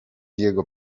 jego